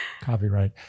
Copyright